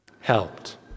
Helped